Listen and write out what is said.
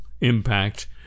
impact